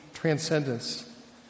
Transcendence